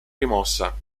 rimossa